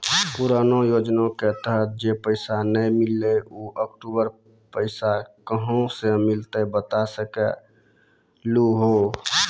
पुराना योजना के तहत जे पैसा नै मिलनी ऊ अक्टूबर पैसा कहां से मिलते बता सके आलू हो?